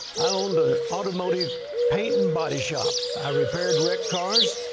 i owned an automotive paint and body shop. i repaired wrecked cars.